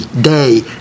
day